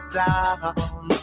down